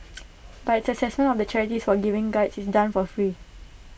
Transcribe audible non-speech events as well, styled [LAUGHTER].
[NOISE] but its Assessment of the charities for giving Guides is done for free